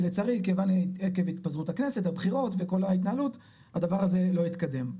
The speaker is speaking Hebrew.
לצערי עקב התפזרות הכנסת לבחירות וכל ההתנהלות הדבר הזה לא התקדם.